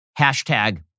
hashtag